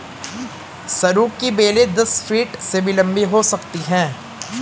सरू की बेलें दस फीट से भी लंबी हो सकती हैं